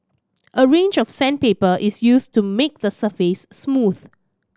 a range of sandpaper is used to make the surface smooth